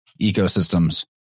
ecosystems